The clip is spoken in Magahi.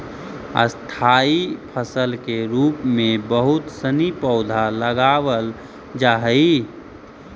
स्थाई फसल के रूप में बहुत सनी पौधा लगावल जा हई